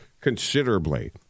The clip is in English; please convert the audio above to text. considerably